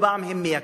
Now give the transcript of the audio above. כל פעם הם מייקרים,